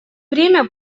время